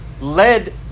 led